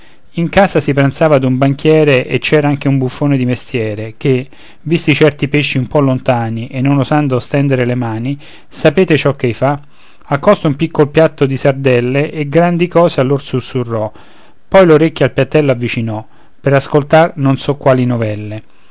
in casa si pranzava d'un banchiere e c'era anche un buffone di mestiere che visti certi pesci un po lontani e non osando stendere le mani sapete ciò ch'ei fa accosta un piccol piatto di sardelle e grandi cose a loro susurrò poi l'orecchio al piattello avvicinò per ascoltar non so quali novelle